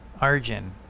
Arjun